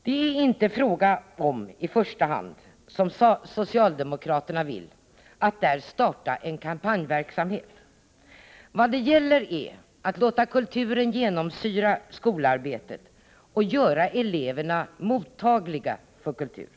Det är inte i första hand fråga om — som socialdemokraterna vill — att i skolorna starta en kampanjverksamhet. Vad det gäller är att låta kulturen genomsyra skolarbetet och göra eleverna mottagliga för kultur.